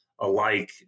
alike